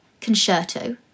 concerto